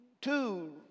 two